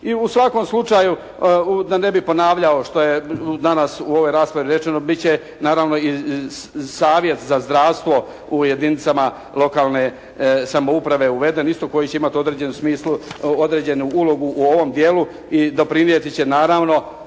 I u svakom slučaju da ne bih ponavljao što je danas u ovoj raspravi rečeno bit će naravno i savjet za zdravstvo u jedinicama lokalne samouprave uveden isto koji će imati određenu ulogu u ovome dijelu i doprinijeti će naravno